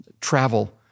travel